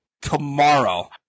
tomorrow